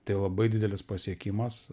tai labai didelis pasiekimas